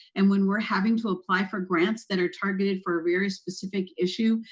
and when we're having to apply for grants that are targeted for a very specific issue,